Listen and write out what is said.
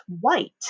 white